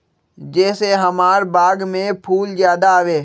जे से हमार बाग में फुल ज्यादा आवे?